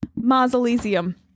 Mausoleum